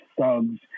thugs